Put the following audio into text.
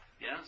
Yes